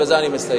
ובזה אני מסיים.